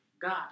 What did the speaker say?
God